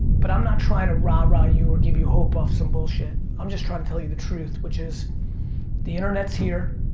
but, i'm not trying to ra-ra you or give you hope off some bullshit. i'm just trying to tell you the truth which is the internet's here,